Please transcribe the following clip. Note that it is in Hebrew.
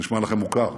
זה נשמע לכם מוכר.